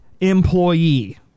employee